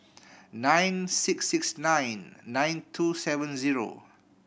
nine six six nine nine two seven zero